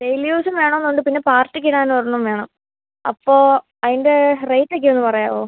daily യൂസും വേണമെന്നുണ്ട് പിന്നെ പാർട്ടിക്കിടാനൊരെണ്ണം വേണം അപ്പോൾ അതിൻ്റെ റേറ്റൊക്കെ ഒന്ന് പറയാമോ